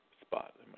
spot